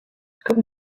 good